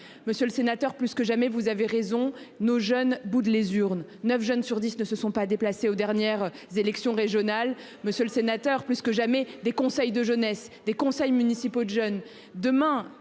Monsieur le sénateur, plus que jamais, vous avez raison, nos jeunes boudent les urnes. 9 jeunes sur 10 ne se sont pas déplacés aux dernières élections régionales. Monsieur le sénateur, plus que jamais des conseils de jeunesse des conseils municipaux de jeunes